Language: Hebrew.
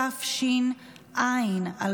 התש"ע 2009,